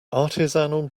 artisanal